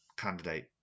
candidate